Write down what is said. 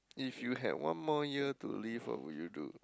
if you had one more year to live what would you do